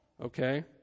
okay